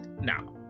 Now